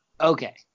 Okay